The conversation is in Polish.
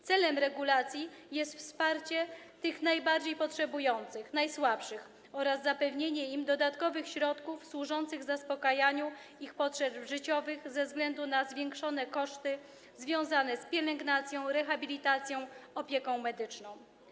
Celem regulacji jest wsparcie tych najbardziej potrzebujących, najsłabszych oraz zapewnienie im dodatkowych środków służących zaspokajaniu ich potrzeb życiowych ze względu na zwiększone koszty związane z pielęgnacją, rehabilitacją i opieką medyczną.